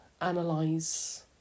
analyze